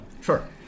Sure